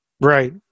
right